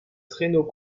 traîneau